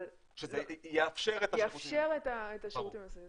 אבל --- שזה יאפשר את ה --- יאפשר את השירותים הנוספים.